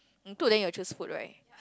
two of them you choose food right